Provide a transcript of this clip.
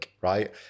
right